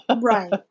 Right